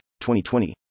2020